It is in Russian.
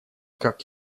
как